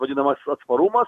vadinamas atsparumas